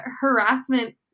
harassment